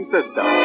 System